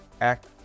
act